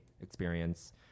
experience